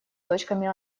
точками